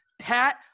Pat